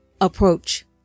approach